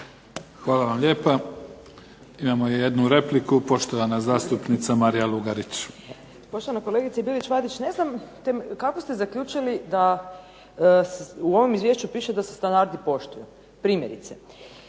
Hvala vam lijepa. Imamo jednu repliku, poštovana zastupnica Marija Lugarić. **Lugarić, Marija (SDP)** Poštovana kolegice Bilić Vardić, ne znam kako ste zaključili da u ovom izvješću piše da se standardi poštuju. Primjerice,